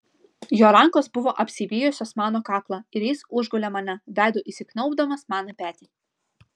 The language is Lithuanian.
jo rankos buvo apsivijusios mano kaklą ir jis užgulė mane veidu įsikniaubdamas man į petį